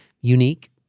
unique